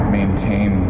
maintain